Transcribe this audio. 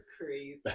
crazy